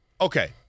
okay